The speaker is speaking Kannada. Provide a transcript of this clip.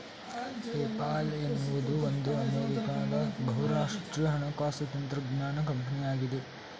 ಪೇಪಾಲ್ ಎನ್ನುವುದು ಒಂದು ಅಮೇರಿಕಾನ್ ಬಹುರಾಷ್ಟ್ರೀಯ ಹಣಕಾಸು ತಂತ್ರಜ್ಞಾನ ಕಂಪನಿಯಾಗಿದೆ